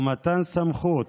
ומתן סמכות